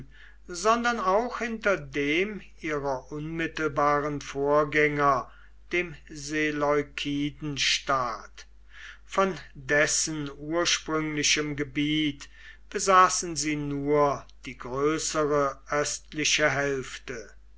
sondern auch hinter dem ihrer unmittelbaren vorgänger dem seleukidenstaat von dessen ursprünglichem gebiet besaßen sie nur die größere östliche hälfte